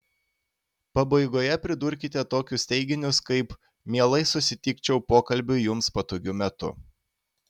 pabaigoje pridurkite tokius teiginius kaip mielai susitikčiau pokalbiui jums patogiu metu